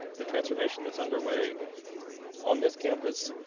the transformation that's underway on this campus,